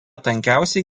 tankiausiai